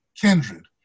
Kindred